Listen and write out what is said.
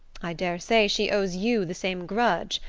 i daresay she owes you the same grudge.